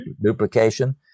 duplication